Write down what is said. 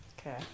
Okay